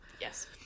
Yes